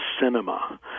cinema